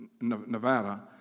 Nevada